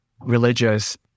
religious